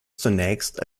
zunächst